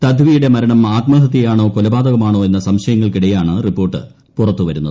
തദ്വിയുടെ മരണം ആത്മഹത്യയാണോ കൊലപാതകമാണോ എന്ന സംശയങ്ങൾക്കിടെയാണ് റിപ്പോർട്ട് പുറത്തുവരുന്നത്